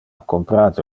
comprate